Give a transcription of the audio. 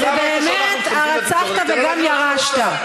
זה באמת "הרצחת וגם ירשת".